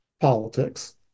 politics